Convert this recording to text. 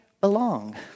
belong